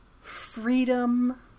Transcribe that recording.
freedom